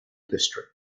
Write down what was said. district